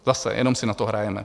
Zase, jenom si na to hrajeme.